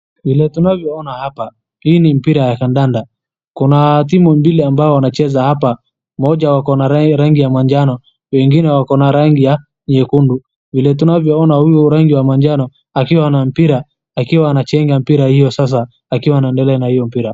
Hii ni mpira ya kandanda, kuna timu mbili ambayo wanacheza hapa, moja wako na rangi ya manjano wengine wako na rangi nyekundu. Huyu rangi ya manjano akiwa na mpira akiwa anachenga akiendelea na huyo mpira.